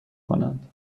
کنند